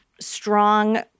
Strong